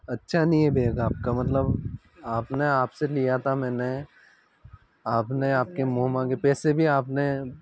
अच्छा नहीं है बैग आपका मतलब आपने आपसे लिया था मैंने आपने आपके मुंह मांगे पैसे भी आपने